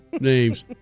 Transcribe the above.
names